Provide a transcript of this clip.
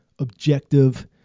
objective